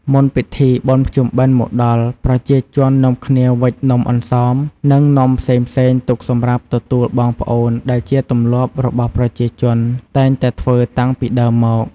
មុនពិធីបុណ្យភ្ជុំបិណ្ឌមកដល់ប្រជាជននាំគ្នាវិចនំអន្សម និងនំផ្សេងៗទុកសម្រាប់ទទួលបងប្អូនដែលជាទម្លាប់របស់ប្រជាជនតែងតែធ្វើតាំងពីដើមមក។